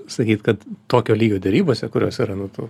sakyt kad tokio lygio derybose kurios yra nu tu